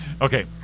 Okay